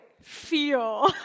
feel